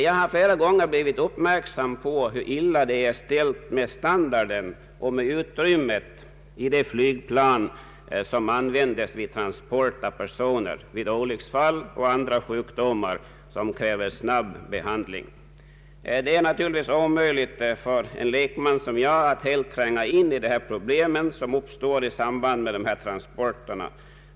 Jag har flera gånger blivit uppmärksammad på hur illa ställt det är med standarden och utrymmet i de flygplan som användes vid transport av personer vid olycksfall och sjukdomar som kräver snabb behandling. Det är naturligtvis omöjligt för en lekman som jag att helt tränga in i de problem som uppstår i samband med dessa transporter.